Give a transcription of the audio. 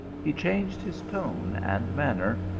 he changed his tone and manner,